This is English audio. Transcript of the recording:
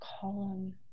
column